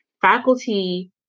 Faculty